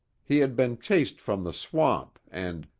he had been chased from the swamp and,